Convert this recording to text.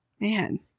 man